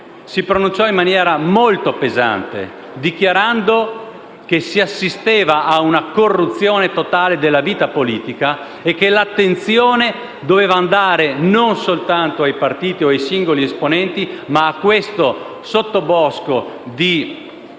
si pronunciò in maniera molto pesante, dichiarando che si assisteva a una corruzione totale della vita politica e che l'attenzione doveva andare, non soltanto ai partiti o ai singoli esponenti, ma a questo sottobosco di